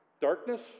Darkness